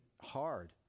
hard